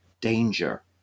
danger